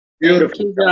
Beautiful